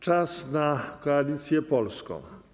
Czas na Koalicję Polską.